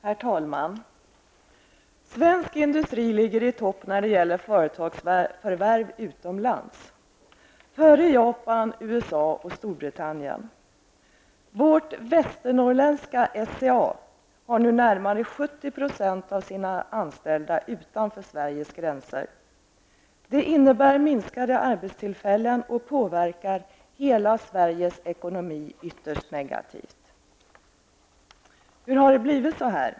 Herr talman! Svensk industri ligger i topp när det gäller företagsförvärv utomlands. Den ligger före Japan, USA och Storbritannien. Vårt västernorrländska SCA har nu närmare 70 % av sina anställda utanför Sveriges gränser. Det innebär ett minskat antal arbetstillfällen och påverkar hela Sveriges ekonomi ytterst negativt. Hur har det blivit så här?